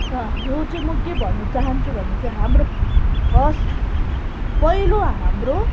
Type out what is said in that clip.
र यो चाहिँ म के भन्नु चाहन्छु भने हाम्रो फ फर्स्ट पहिलो हाम्रो